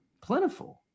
plentiful